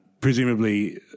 Presumably